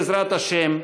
בעזרת השם,